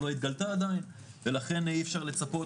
או היא לא התגלתה עדיין ולכן אי אפשר לצפות,